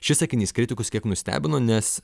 šis sakinys kritikus kiek nustebino nes